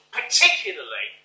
particularly